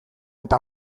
eta